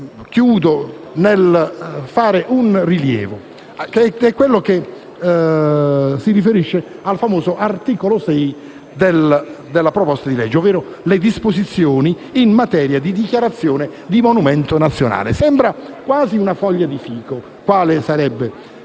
Concludo facendo un rilievo che si riferisce al famoso articolo 6 della proposta di legge, ovvero alle disposizioni in materia di dichiarazione di monumento nazionale. Sembra quasi una foglia di fico; poiché sappiamo